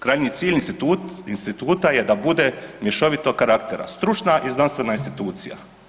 Krajnji cilj Instituta je da bude mješovitog karaktera, stručna i znanstvena institucija.